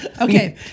Okay